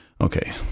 okay